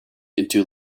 into